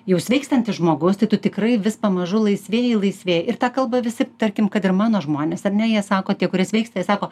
jau sveikstantis žmogus tai tu tikrai vis pamažu laisvėji laisvėji ir tą kalbą visi tarkim kad ir mano žmonės ar ne jie sako tie kurie sveiksta jie sako